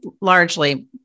largely